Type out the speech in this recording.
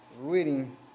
reading